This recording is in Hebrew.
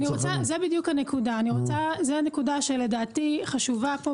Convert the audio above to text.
זו בדיוק הנקודה שלדעתי חשובה פה בדיון.